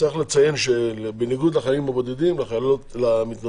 צריך לציין שבניגוד לחיילים הבודדים למתנדבות